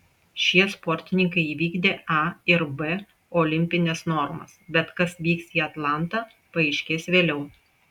šie sportininkai įvykdė a ir b olimpines normas bet kas vyks į atlantą paaiškės vėliau